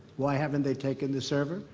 why haven't they taken the server?